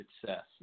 success